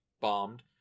bombed